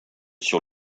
sur